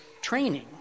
training